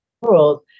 world